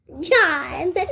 John